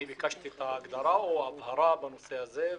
אני ביקשתי הגדרה או הבהרה בנושא הזה.